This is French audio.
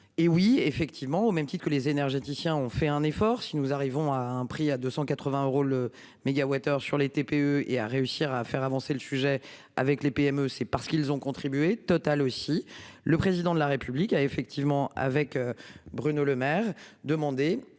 Hé oui effectivement au même titre que les énergéticiens ont fait un effort, si nous arrivons à un prix à 280 euros le mégawattheure sur les TPE et à réussir à faire avancer le sujet avec les PME, c'est parce qu'ils ont contribué total aussi. Le président de la République a effectivement avec Bruno Lemaire demander